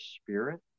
spirit